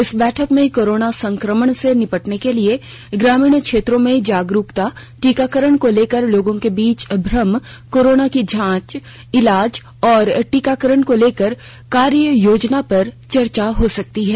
इस बैठक में कोरोना संक्रमण से निपटने के लिए ग्रामीण क्षेत्रों में जागरूकता टीकाकरण को लेकर लोगों के बीच भ्रम कोरोना की जांच इलाज और टीकाकरण को लेकर कार्ययोजना पर चर्चा हो सकती है